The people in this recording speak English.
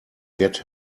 get